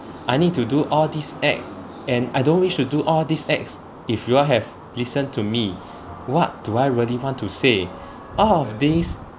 I need to do all these act and I don't wish to do all these acts if you all have listen to me what do I really want to say out of these